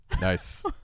nice